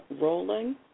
rolling